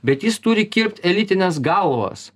bet jis turi kirpt elitines galvas